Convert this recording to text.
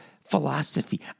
philosophy